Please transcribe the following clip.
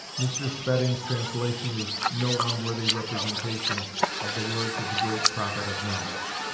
mr. spedding's translation is no unworthy representation of the words of the great prophet of knowledge